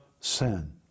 sin